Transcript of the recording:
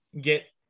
get